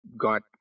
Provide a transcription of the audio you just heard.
got